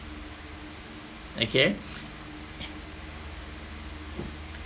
okay